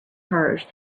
hers